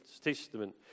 Testament